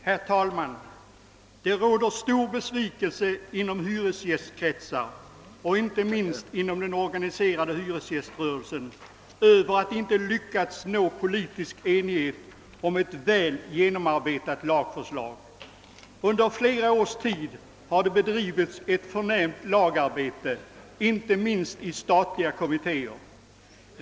Herr talman! Det råder stor besvikelse inom hyresgästkretsar, inte minst inom den organiserade hyresgäströrelsen, över att man inte lyckats nå politisk enighet om ett väl genomarbetat lagförslag på detta område. Under flera år har det bedrivits ett förnämligt lagarbete, inte minst i statliga kommittéer.